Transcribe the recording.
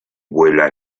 vuela